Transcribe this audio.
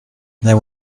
there